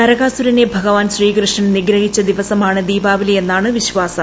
നരകാസുരനെ ഭഗവാൻ ശ്രീകൃഷ്ണൻ നിഗ്രഹിച്ച ദിവസമാണ് ദീപാവലിയെന്നാണ് വിശ്വാസം